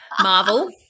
Marvel